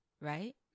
right